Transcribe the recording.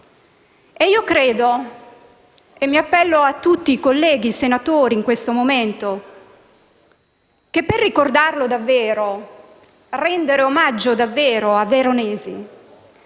credo - e mi appello a tutti i colleghi senatori, in questo momento - che per ricordarlo davvero, per rendere omaggio a Veronesi,